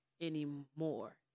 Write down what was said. anymore